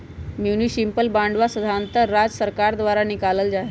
municipal बांडवा साधारणतः राज्य सर्कार द्वारा निकाल्ल जाहई